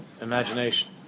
imagination